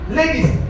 ladies